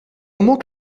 moment